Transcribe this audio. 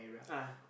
ah